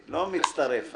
אבל מי סופר ...